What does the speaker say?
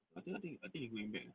no I think I think he going back ah